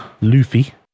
Luffy